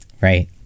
Right